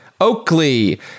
Oakley